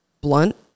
blunt